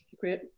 Great